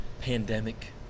pandemic